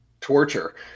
torture